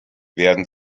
werden